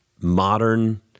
modern